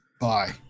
Bye